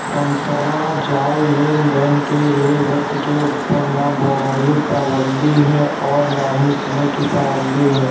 अंतराजाल लेनदेन के लिए व्यक्ति के ऊपर ना भौगोलिक पाबंदी है और ना ही समय की पाबंदी है